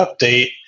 update